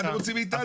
מה אתם רוצים מאתנו?